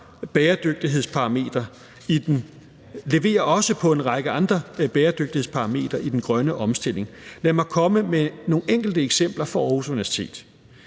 bæredygtighedsparametre i den grønne omstilling. Lad mig komme med nogle enkelte eksempler fra Aarhus Universitet: